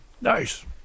Nice